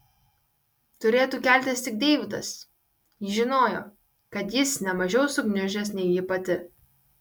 turėtų keltis tik deividas ji žinojo kad jis ne mažiau sugniužęs nei ji pati